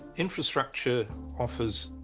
infrastructure offers,